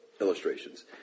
illustrations